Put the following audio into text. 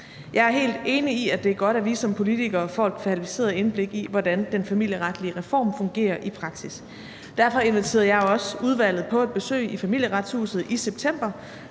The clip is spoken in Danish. Jeg er helt enig i, at det er godt, at vi som politikere får et kvalificeret indblik i, hvordan den familieretlige reform fungerer i praksis. Derfor inviterede jeg også udvalget på et besøg i Familieretshuset i september,